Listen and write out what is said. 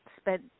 spent